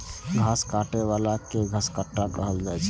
घास काटै बला कें घसकट्टा कहल जाइ छै